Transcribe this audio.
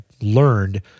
learned